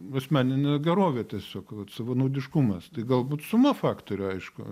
asmeninė gerovė tiesiog savanaudiškumas tai galbūt suma faktorių aišku